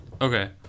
Okay